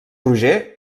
roger